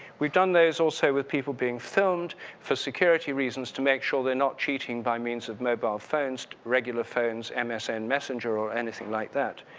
we've done this also with people being filmed for security reasons to make sure they're not cheating by means of mobile phones, regular phones, and msn and messenger or anything like that.